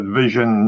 vision